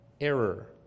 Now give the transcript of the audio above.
error